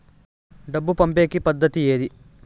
డబ్బు పంపేకి పద్దతి ఏది